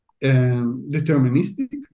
deterministic